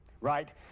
right